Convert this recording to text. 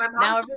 Now